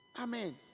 Amen